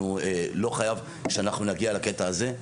לא חייב שאנחנו נגיע לקטע הזה,